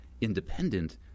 independent